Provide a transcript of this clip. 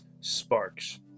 Sparks